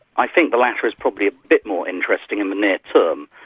i think the latter is probably a bit more interesting in the near term,